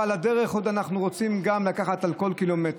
ועל הדרך אנחנו עוד רוצים גם לקחת על כל קילומטר,